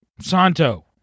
Santo